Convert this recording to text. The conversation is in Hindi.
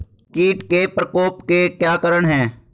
कीट के प्रकोप के क्या कारण हैं?